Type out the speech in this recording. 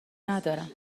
ندارم